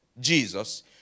Jesus